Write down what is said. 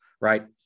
right